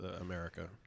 America